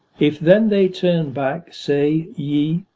if then they turn back, say ye